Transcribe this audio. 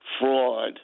fraud